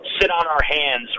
sit-on-our-hands